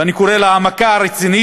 ואני קורא לה "המכה הרצינית",